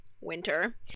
winter